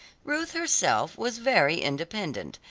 ruth herself was very independent,